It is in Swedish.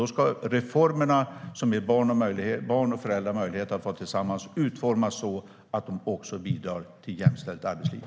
Då ska också reformerna som ger barn och föräldrar möjlighet att vara tillsammans utformas så att de bidrar till ett jämställt arbetsliv.